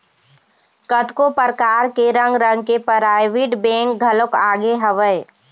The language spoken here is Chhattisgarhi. कतको परकार के रंग रंग के पराइवेंट बेंक घलोक आगे हवय